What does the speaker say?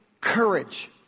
courage